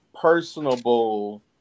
personable